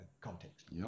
context